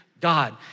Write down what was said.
God